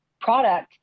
product